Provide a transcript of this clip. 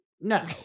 No